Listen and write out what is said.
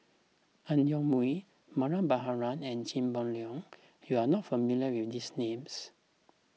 Ang Yoke Mooi Mariam Baharom and Chia Boon Leong you are not familiar with these names